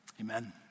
Amen